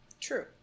True